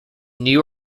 new